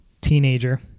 teenager